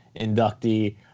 inductee